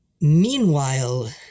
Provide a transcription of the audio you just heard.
Meanwhile